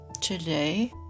today